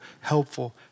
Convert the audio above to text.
helpful